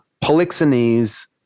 Polixenes